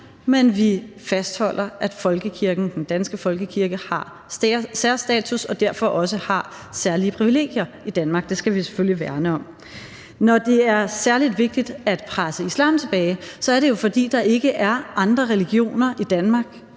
men vi fastholder, at folkekirken, den danske folkekirke, har særstatus og derfor også har særlige privilegier i Danmark. Det skal vi selvfølgelig værne om. Når det er særlig vigtigt at presse islam tilbage, er det jo, fordi der ikke er andre religioner i Danmark